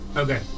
Okay